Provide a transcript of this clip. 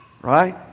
Right